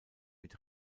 mit